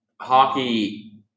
Hockey